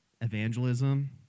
evangelism